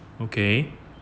okay